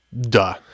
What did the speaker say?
Duh